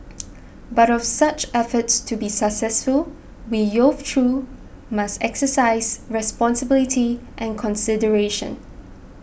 but for such efforts to be successful we youths too must exercise responsibility and consideration